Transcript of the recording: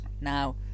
Now